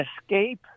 escape